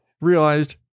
realized